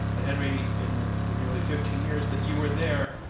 and henry, in the nearly fifteen years that you were there,